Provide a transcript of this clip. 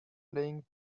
playing